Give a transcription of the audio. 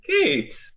Kate